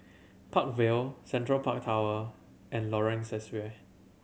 Park Vale Central Park Tower and Lorong Sesuai